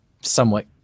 somewhat